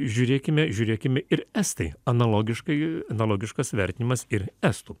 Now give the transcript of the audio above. žiūrėkime žiūrėkime ir estai analogiškai analogiškas vertinimas ir estų